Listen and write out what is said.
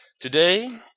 Today